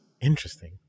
Interesting